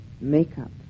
makeup